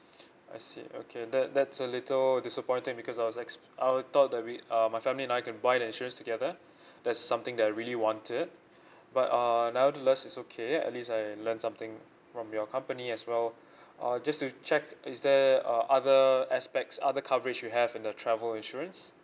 I see okay that that's a little disappointing because I was ex~ I thought that we uh my family and I can buy the insurance together that's something that I really wanted but uh nevertheless it's okay at least I learnt something from your company as well uh just to check is there uh other aspects other coverage you have in the travel insurance